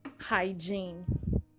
hygiene